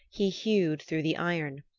he hewed through the iron,